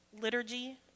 liturgy